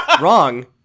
Wrong